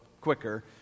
quicker